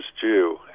Jew